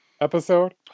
episode